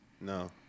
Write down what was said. no